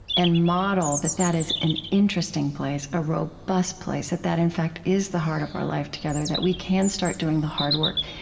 and model that that is an interesting place, a robust place that that, in fact, is the heart of our life together that we can start doing the hard work,